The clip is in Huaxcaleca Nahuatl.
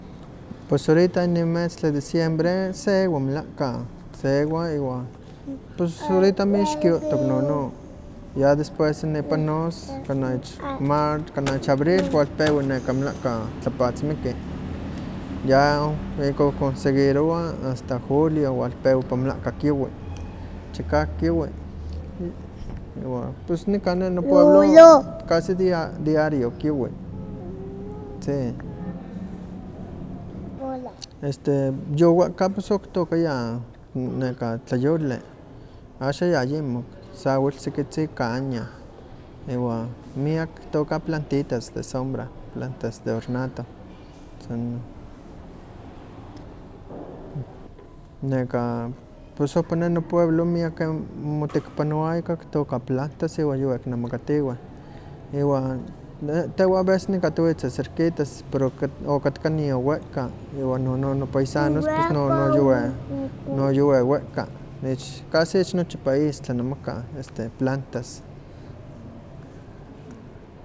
Pues ahorita inin meztli diciembre sewa melahka, sewa iwan pues orita mixkiuwtok nono, ya después nipanos kana ich marz- kanah ich abril walpewa neka melahka tlapatzmiki, ya ihkon kon seguirowa asta julio walpewa ihkon melahka kiuwi, chikawak kiuwi, iwan pus nikan ne nopueblo casi dia- diario kiuwi, sí. Este yuwehka pus okitokahay tlayoli, axan yayimo, saweltzikitzi caña iwa miak kitooka tpantitas de sombra, plantas de ornato, san inon. Neka pus ompa neh nopueblo miakeh ompa tekipanowa ika kitooka plantas, iwa yuwih kinemakatiweh, iwan tehwan a veces nikan tiwitzeh cerquitas, pero okat- okatka nion wehka, iwan nono no paisanos no yuwih, no yuwih wehka casi ich nochi país tlanemakah plantas.